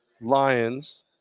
Lions